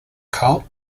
cult